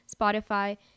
Spotify